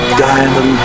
diamond